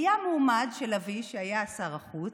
היה מועמד של אבי, שהיה שר החוץ,